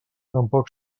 tampoc